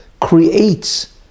creates